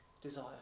desire